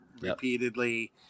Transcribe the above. repeatedly